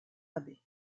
abbé